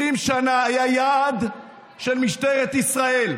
20 שנה, היה יעד של משטרת ישראל.